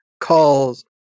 calls